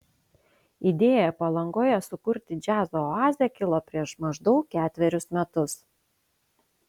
idėja palangoje sukurti džiazo oazę kilo prieš maždaug ketverius metus